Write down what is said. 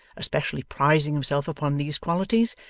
especially prizing himself upon these qualities,